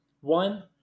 one